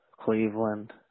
Cleveland